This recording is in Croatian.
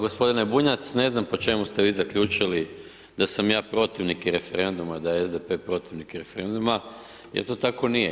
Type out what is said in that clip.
Gospodine Bunjac, ne znam po čemu ste vi zaključili da sam ja protivnik i referenduma, da je SDP protivnik referenduma, jer to tako nije.